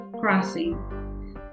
crossing